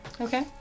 Okay